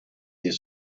their